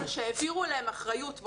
זה שהעבירו להם אחריות.